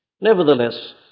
Nevertheless